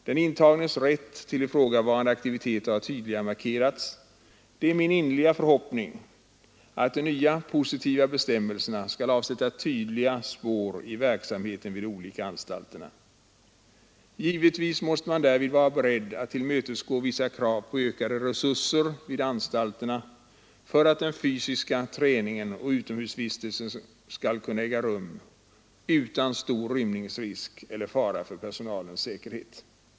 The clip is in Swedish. Den intagnes rätt till ifrågavarande aktiviteter har tydligare markerats. Det är min innerliga förhoppning att de nya positiva bestämmelserna skall avsätta tydliga spår i verksamheten vid de olika anstalterna. Givetvis måste man därvid vara beredd att tillmötesgå vissa krav på ökade resurser vid anstalterna för att den fysiska träningen och utomhusvistelsen skall kunna äga rum utan stor rymningsrisk eller fara för personalens säkerhet.